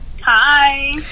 Hi